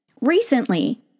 Recently